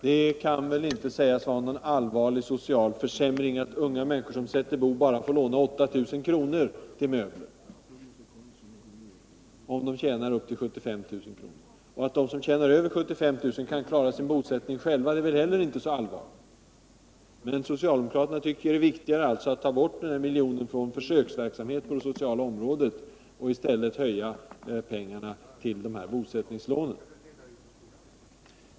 Det kan inte sägas vara någon allvarlig social försämring, att unga människor som sätter bo bara får låna 8 000 kr. till möbler, om de tjänar upp till 75 000 kr.? Att de som tjänar över 75 000 kr. får klara sin bosättning själva är heller inte så allvarligt. Men socialdemokraterna tycker att det är viktigare att ta bort den där miljonen från försöksverksamheten på det sociala området och i stället lägga den som en höjning till bosättningslånen.